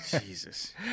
Jesus